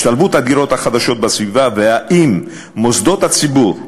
השתלבות הדירות החדשות בסביבה והאם מוסדות הציבור,